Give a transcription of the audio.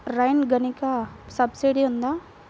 Rain గన్కి subsidy ఉందా?